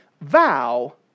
vow